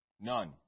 None